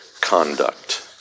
conduct